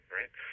right